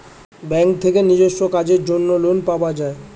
bank থেকে নিজস্ব কাজের জন্য লোন পাওয়া যায়